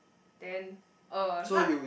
then uh